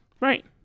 Right